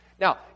Now